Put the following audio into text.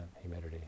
humidity